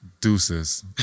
Deuces